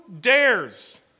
dares